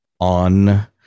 on